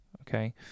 okay